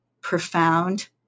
profound